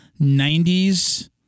90s